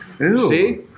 See